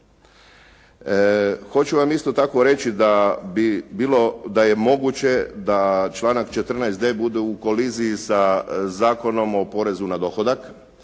Hoću vam isto tako reći da je moguće da članak 14.d bude u koliziji sa Zakonom o porezu na dohodak